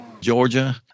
georgia